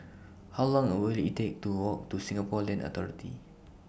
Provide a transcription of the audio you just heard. How Long Will IT Take to Walk to Singapore Land Authority